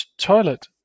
toilet